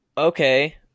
Okay